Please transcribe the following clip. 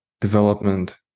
development